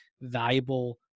valuable